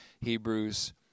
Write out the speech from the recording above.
Hebrews